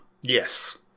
Yes